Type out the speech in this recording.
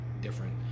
different